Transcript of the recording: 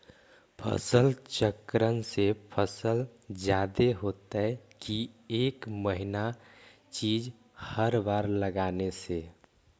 फसल चक्रन से फसल जादे होतै कि एक महिना चिज़ हर बार लगाने से?